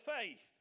faith